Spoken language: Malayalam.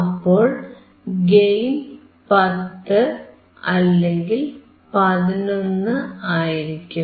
അപ്പോൾ ഗെയിൻ 10 അല്ലെങ്കിൽ 11 ആയിരിക്കും